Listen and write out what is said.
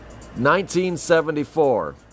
1974